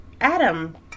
Adam